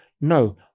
no